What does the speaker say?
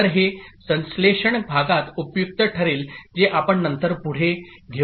तर हे संश्लेषण भागात उपयुक्त ठरेल जे आपण नंतर पुढे घेऊ